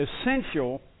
essential